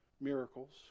miracles